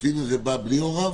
הקטין הזה בא בלי הוריו?